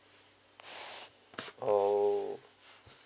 orh